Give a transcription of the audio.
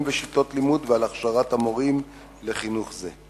ושיטות לימוד ועל הכשרת המורים לחינוך זה.